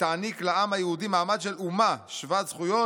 ותעניק לעם היהודי מעמד של אומה שוות-זכויות